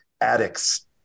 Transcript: addicts